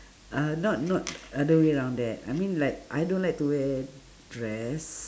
uh not not other round there I mean like I don't like to wear dress